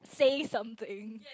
say something